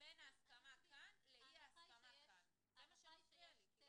כאן אנחנו מדברים על חסרי ישע שיכול להיות שאין להם